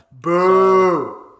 Boo